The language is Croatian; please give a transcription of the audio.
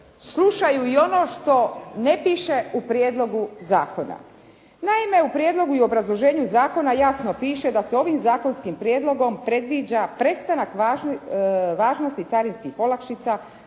slušaju i ono što ne piše u prijedlogu zakona. Naime, u prijedlogu i obrazloženju zakona jasno piše da se ovim zakonskim prijedlogom predviđa prestanak važnosti carinskih olakšica